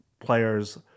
players